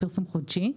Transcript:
פרסום חודשי.